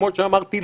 כמו שאמרתי,